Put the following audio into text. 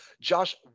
Josh